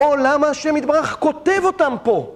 עולם ה' מתברך כותב אותם פה!